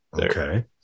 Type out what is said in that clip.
Okay